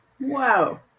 Wow